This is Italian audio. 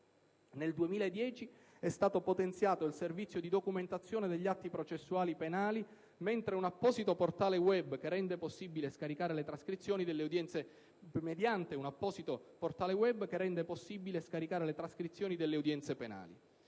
Nel 2010 è stato potenziato il servizio di documentazione degli atti processuali penali mediante un apposito portale *web* che rende possibile scaricare le trascrizioni delle udienze penali.